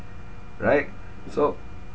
right so